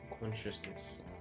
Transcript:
consciousness